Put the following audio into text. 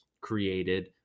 created